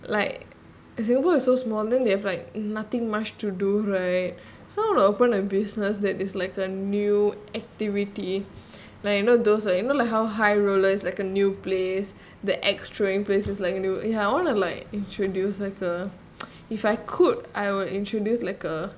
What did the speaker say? like singapore is so small then they have like nothing much to do right so I'll open a business that is like a new activity like you know those like you know like how high rollers like a new place the like you know ya I want to like introduce like uh if I could I would introduce like a